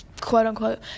quote-unquote